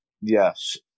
Yes